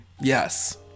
Yes